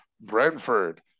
Brentford